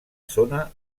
zona